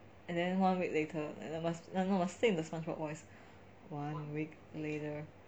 and then one week later and then no must say in the spongebob voice one week later